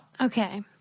Okay